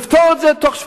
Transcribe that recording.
לפתור את זה בתוך שבועיים?